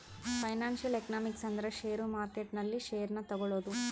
financial economics ಅಂದ್ರ share market ನಲ್ಲಿ share ನ ತಗೋಳೋದು